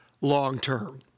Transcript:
long-term